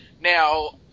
Now